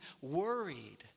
worried